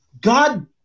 God